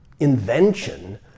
invention